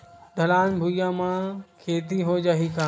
ढलान भुइयां म खेती हो जाही का?